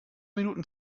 minuten